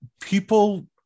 people